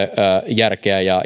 järkeä ja